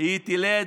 היא תלד,